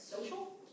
social